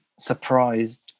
surprised